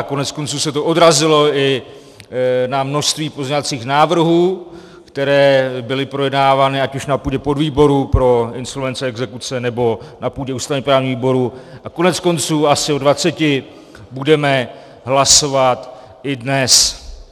Koneckonců se to odrazilo i na množství pozměňovacích návrhů, které byly projednávány ať už na půdě podvýboru pro insolvence, exekuce, nebo na půdě ústavněprávního výboru, a koneckonců asi o dvaceti budeme hlasovat i dnes.